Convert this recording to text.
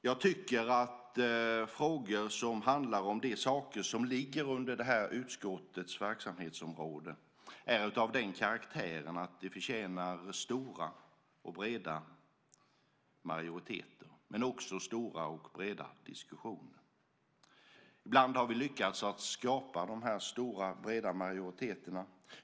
Jag tycker att frågor som handlar om det som hör till detta utskotts verksamhetsområde är av den karaktären att de förtjänar stora och breda majoriteter, men också stora och breda diskussioner. Ibland har vi lyckats skapa dessa breda majoriteter.